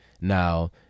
Now